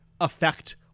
affect